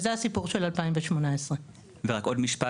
וזה הסיפור של 2018. רק עוד משפט,